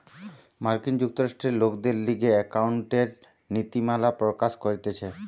মার্কিন যুক্তরাষ্ট্রে লোকদের লিগে একাউন্টিংএর নীতিমালা প্রকাশ করতিছে